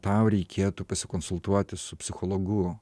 tau reikėtų pasikonsultuoti su psichologu